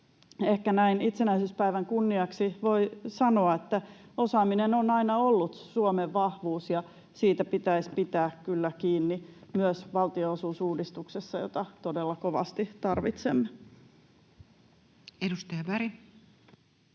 Ehkä näin itsenäisyyspäivän kunniaksi voi sanoa, että osaaminen on aina ollut Suomen vahvuus ja siitä pitäisi pitää kyllä kiinni myös valtionosuusuudistuksessa, jota todella kovasti tarvitsemme. [Speech 358]